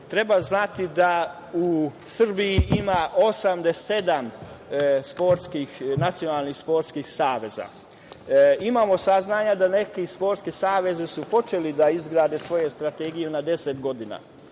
znati da u Srbiji ima 87 nacionalnih sportskih saveza. Imamo saznanja da su neki sportski savezi počeli da izrađuju svoje strategije na deset godina.